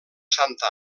santa